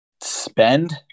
spend